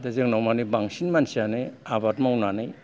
दा जोंनाव माने बांसिन मानसियानो आबाद मावनानै